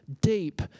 deep